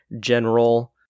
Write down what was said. General